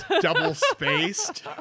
Double-spaced